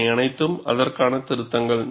இவை அனைத்தும் அதற்கான திருத்தங்கள்